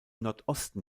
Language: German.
nordosten